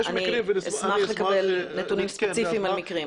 אני אשמח לקבל נתונים ספציפיים על מקרים.